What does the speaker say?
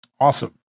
Awesome